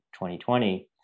2020